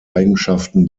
eigenschaften